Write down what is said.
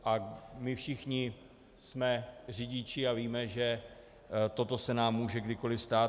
A my všichni jsme řidiči a víme, že toto se nám může kdykoliv stát.